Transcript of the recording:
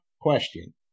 question